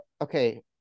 okay